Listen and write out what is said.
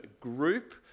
group